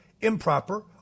improper